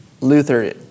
Luther